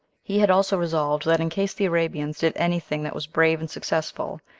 he had also resolved, that in case the arabians did any thing that was brave and successful,